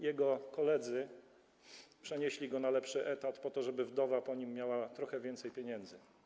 Jego koledzy przenieśli go na lepszy etat, po to żeby wdowa po nim miała trochę więcej pieniędzy.